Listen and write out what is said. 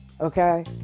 Okay